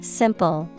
simple